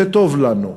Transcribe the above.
זה טוב לנו.